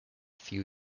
few